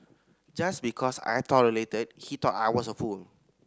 just because I tolerated he thought I was a fool